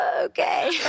okay